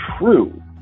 true